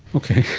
okay.